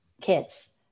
kids